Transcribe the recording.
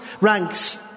ranks